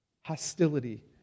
Hostility